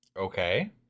Okay